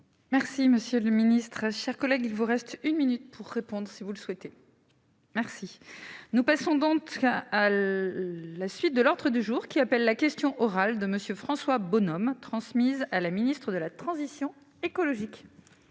Merci monsieur le ministre, chers collègues, il vous reste une minute pour répondre, si vous le souhaitez. Merci, nous passons donc cas à la suite de l'ordre du jour qui appelle la question orale de Monsieur François Bonhomme, transmise à la ministre de la transition écologique.